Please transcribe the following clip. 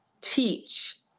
teach